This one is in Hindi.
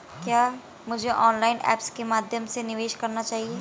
क्या मुझे ऑनलाइन ऐप्स के माध्यम से निवेश करना चाहिए?